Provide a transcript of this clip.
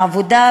מהעבודה,